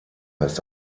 ist